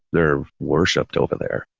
they're worshiped over there.